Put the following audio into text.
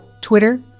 Twitter